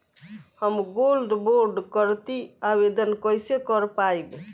हम gold bond करतिं आवेदन कइसे कर पाइब?